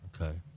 okay